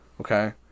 Okay